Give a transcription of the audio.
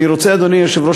אדוני היושב-ראש,